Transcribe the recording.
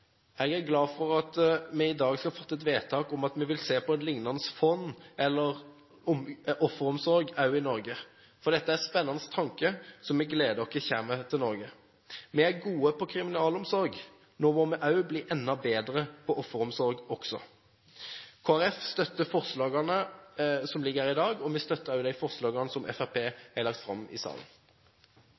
Jeg er glad for at vi i dag skal fatte et vedtak om at vi vil se på et lignende fond, eller en offeromsorg, også i Norge, for dette er spennende tanker, som vi gleder oss til at kommer til Norge. Vi er gode på kriminalomsorg. Nå må vi bli enda bedre også på offeromsorg. Kristelig Folkeparti støtter forslagene som ligger her i dag, og vi støtter også de forslagene fra Fremskrittspartiet som er utdelt i salen.